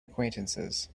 acquaintances